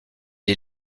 est